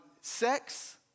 sex